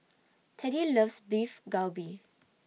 Teddy loves Beef Galbi